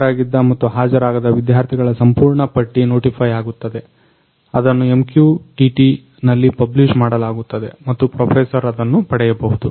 ಹಾಜರಾಗಿದ್ದ ಮತ್ತು ಹಾಜರಾಗದ ವಿದ್ಯಾರ್ಥಿಗಳ ಸಂಪೂರ್ಣ ಪಟ್ಟಿ ನೋಟಿಫೈ ಯಾಗುತ್ತದೆ ಅದನ್ನು MQTT ನಲ್ಲಿ ಪಬ್ಲಿಶ್ ಮಾಡಲಾಗುತ್ತದೆ ಮತ್ತು ಪ್ರೊಫೆಸರ್ ಅದನ್ನ ಪಡೆಯಬಹುದು